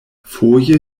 foje